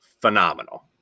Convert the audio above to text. phenomenal